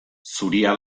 zuria